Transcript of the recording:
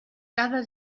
cada